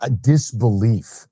disbelief